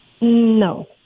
No